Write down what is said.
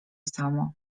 samo